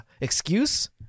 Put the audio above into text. excuse